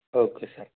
okay sir